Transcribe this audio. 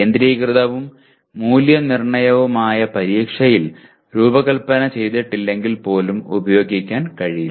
കേന്ദ്രീകൃതവും മൂല്യനിർണ്ണയവുമായ പരീക്ഷയിൽ രൂപകൽപ്പന ചെയ്തിട്ടില്ലെങ്കിൽ പോലും ഉപയോഗിക്കാൻ കഴിയില്ല